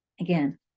Again